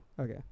Okay